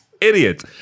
Idiot